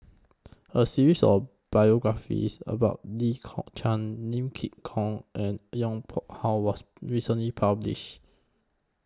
A series of biographies about Lee Kong Chian Lim Kok Ann and Yong Pung How was recently published